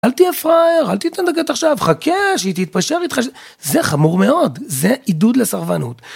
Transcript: אל תהיה פראייר, אל תתנדגת עכשיו, חכה שהיא תתפשר איתך, זה חמור מאוד, זה עידוד לסרבנות.